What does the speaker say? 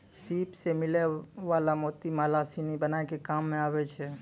सिप सें मिलै वला मोती माला सिनी बनाय के काम में आबै छै